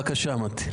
בבקשה, מטי.